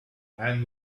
and